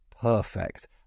perfect